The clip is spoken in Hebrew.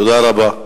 תודה רבה.